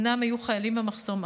אומנם היו חיילים במחסום,